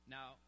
Now